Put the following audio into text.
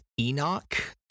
Enoch